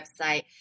website